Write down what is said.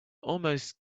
almost